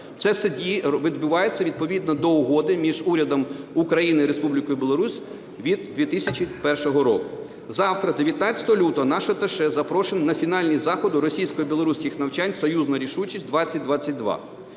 Ці всі дії відбуваються відповідно до Угоди між Урядом України і Республікою Білорусь від 2001 року. Завтра, 19 лютого, наш аташе запрошений на фінальні заходи російсько-білоруських навчань "Союзна рішучість – 2022".